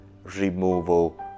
removal